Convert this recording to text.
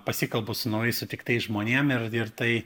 pasikalbu su naujai sutiktais žmonėm ir ir tai